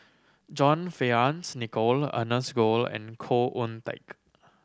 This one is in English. John Fearns Nicoll Ernest Goh and Khoo Oon Teik